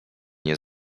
nie